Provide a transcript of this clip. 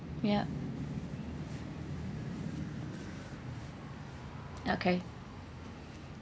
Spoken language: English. yup okay